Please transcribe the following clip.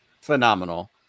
phenomenal